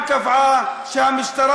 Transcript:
והיא גם קבעה שהמשטרה